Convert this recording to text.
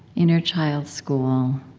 in your child's school,